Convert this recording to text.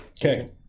Okay